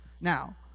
Now